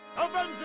Avengers